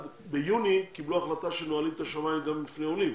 ביוני קיבלו החלטה שנועלים את השמיים גם בפני עולים.